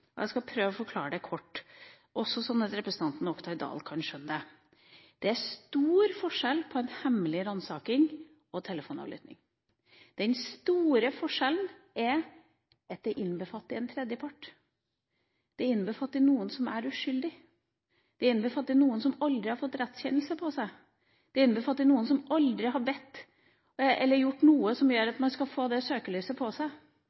sett. Jeg skal prøve å forklare det kort, og også sånn at representanten Oktay Dahl kan skjønne det: Det er stor forskjell på hemmelig ransaking og telefonavlytting. Den store forskjellen er at det innbefatter en tredjepart. Det innbefatter noen som er uskyldig. Det innbefatter noen som aldri har fått en rettskjennelse mot seg. Det innbefatter noen som aldri har gjort noe som gjør at man skulle få det søkelyset på seg.